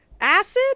Acid